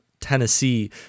Tennessee